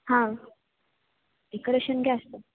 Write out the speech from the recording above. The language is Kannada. ಹಾಂ ಡೆಕೋರೇಷನ್ಗೆ ಅಷ್ಟೇ